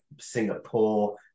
Singapore